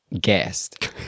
guest